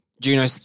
Juno